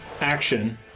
action